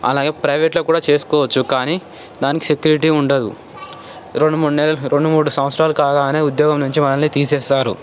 అలాగే ప్రైవేట్లో కూడా చేసుకోవచ్చు కానీ దానికి సెక్యూరిటీ ఉండదు రెండు మూడు నెలలు రెండు మూడు సంవత్సరాలు కాగానే ఉద్యోగం నుంచి మనల్ని తీసేస్తారు